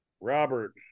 Robert